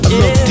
look